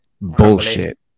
bullshit